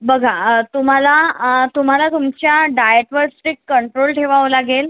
बघा तुम्हाला तुम्हाला तुमच्या डाएटवर स्ट्रीक्ट कंट्रोल ठेवावा लागेल